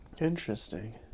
Interesting